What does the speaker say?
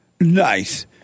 Nice